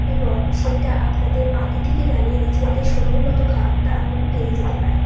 এবং সেইটা আপনাদের আগে থেকে জানিয়ে দিচ্ছি যাতে সময় মতো খাবারটা আমি পেয়ে যেতে পারি